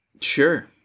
Sure